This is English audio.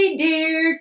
dear